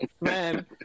Man